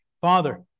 Father